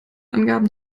angaben